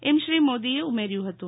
એમ શ્રી મોદીએ ઉમેર્યું હતું